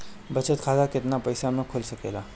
बचत खाता केतना पइसा मे खुल सकेला?